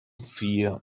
fear